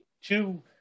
Two